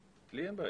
לי אין בעיה.